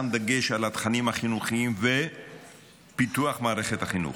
הוא שם דגש על התכנים החינוכיים ופיתוח מערכת החינוך.